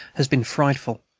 has been frightful.